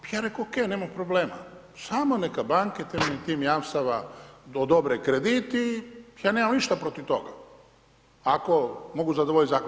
Ja reko OK, nema problema, samo neka banke temeljem tih jamstava odobre kredit i ja nemam ništa protiv toga, ako mogu zadovoljit zakon.